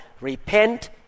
repent